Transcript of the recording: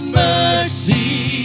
mercy